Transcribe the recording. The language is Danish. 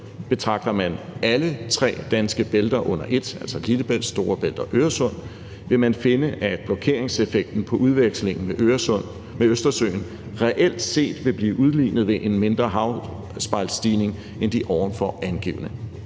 Betragter man alle tre danske bælter under et (Lillebælt, Storebælt og Øresund), vil man finde, at blokeringseffekten på udvekslingen med Østersøen reelt set vil blive udlignet ved en mindre havspejlsstigning end de ovenfor angivne.